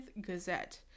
gazette